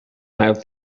have